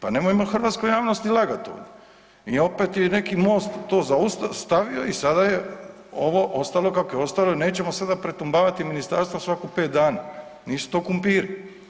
Pa nemojmo hrvatsku javnost lagat tu i opet je neki Most to stavio i sada je ovo ostalo kako je ostalo i nećemo sada pretumbavati ministarstva svako pet dana, nisu to kumpiri.